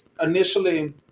Initially